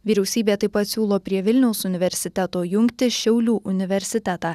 vyriausybė taip pat siūlo prie vilniaus universiteto jungti šiaulių universitetą